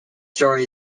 story